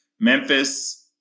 Memphis